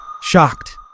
shocked